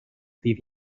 ddydd